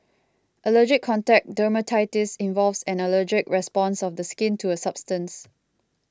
allergic contact dermatitis involves an allergic response of the skin to a substance